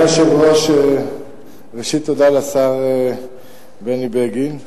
אדוני היושב-ראש, ראשית תודה לשר בני בגין.